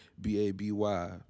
B-A-B-Y